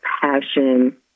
passion